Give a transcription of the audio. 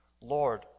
Lord